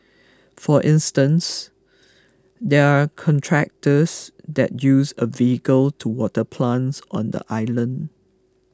for instance there are contractors that use a vehicle to water plants on the island